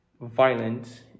violent